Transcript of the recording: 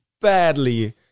badly